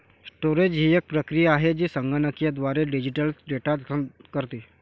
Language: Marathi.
स्टोरेज ही एक प्रक्रिया आहे जी संगणकीयद्वारे डिजिटल डेटा जतन करते